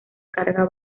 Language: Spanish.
carga